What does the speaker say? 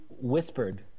whispered